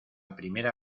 primera